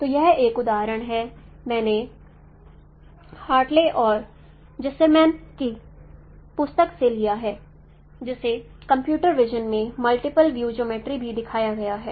तो यह एक उदाहरण है मैंने हार्टले और ज़िसरमैन की पुस्तक से लिया है जिसे कंप्यूटर विज़न में मल्टीपल व्यू ज्योमेट्री भी दिखाया गया है